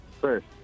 first